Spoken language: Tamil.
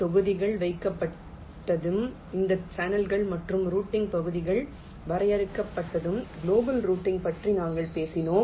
தொகுதிகள் வைக்கப்பட்டதும் இந்த சேனல்கள் மற்றும் ரூட்டிங் பகுதிகள் வரையறுக்கப்பட்டதும் குளோபல் ரூட்டிங் பற்றி நாங்கள் பேசினோம்